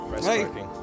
Hey